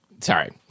Sorry